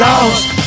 Lost